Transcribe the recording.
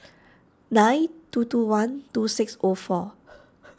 nine two two one two six O four